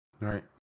right